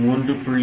3 port3